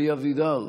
אלי אבידר,